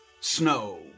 snow